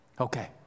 Okay